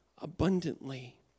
abundantly